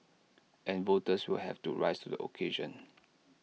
and voters will have to rise to the occasion